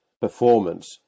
performance